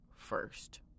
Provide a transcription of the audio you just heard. first